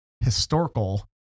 historical